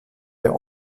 der